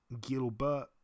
Gilbert